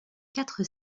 quatre